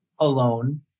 alone